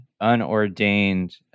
unordained